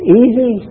easy